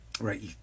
Right